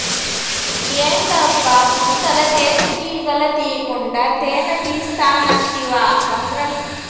ఏందబ్బా ముందల తేనెటీగల తీకుండా తేనే తీస్తానంటివా బద్రం